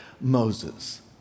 Moses